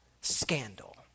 Scandal